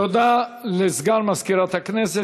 תודה לסגן מזכירת הכנסת.